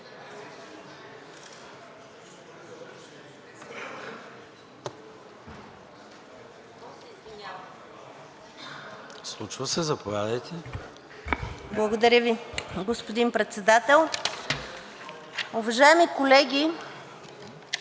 Благодаря Ви, господин Председател. Уважаеми госпожи